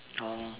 oh